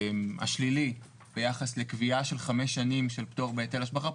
השלילי ביחס לקביעה של חמש שנים של פטור מהיטל השבחה,